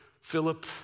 Philip